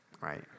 right